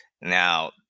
Now